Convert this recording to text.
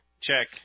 check